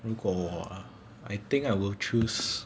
如果我啊 I think I will choose